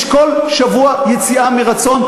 יש כל שבוע יציאה מרצון.